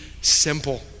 simple